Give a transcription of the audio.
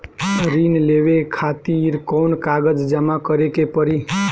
ऋण लेवे खातिर कौन कागज जमा करे के पड़ी?